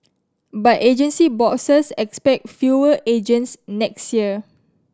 but agency bosses expect fewer agents next year